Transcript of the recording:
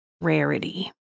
rarity